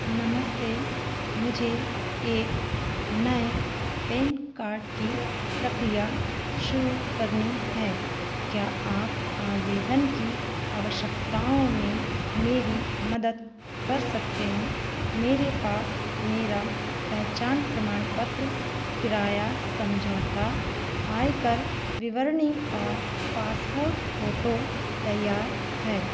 नमस्ते मुझे एक नए पैन कार्ड की प्रक्रिया शुरू करनी है क्या आप आवेदन की आवश्यकताओं में मेरी मदद कर सकते हैं मेरे पास मेरा पहचान प्रमाण पत्र किराया समझौता आयकर विवरणी और पासपोर्ट फोटो तैयार है